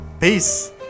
Peace